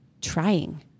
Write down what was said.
trying